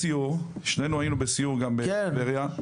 שנינו היינו בסיור גם בטבריה,